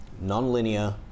non-linear